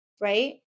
right